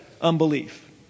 unbelief